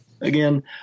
Again